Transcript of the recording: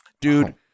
Dude